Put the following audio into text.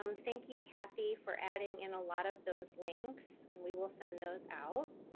um thank you, kathy, for adding in a lot of those links, and we will send those out.